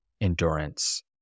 endurance